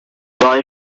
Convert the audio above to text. boy